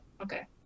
okay